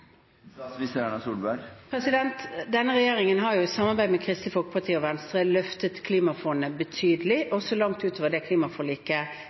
Denne regjeringen har i samarbeid med Kristelig Folkeparti og Venstre løftet Det grønne klimafondet betydelig, også langt utover det klimaforliket